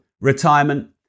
retirement